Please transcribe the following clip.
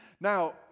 Now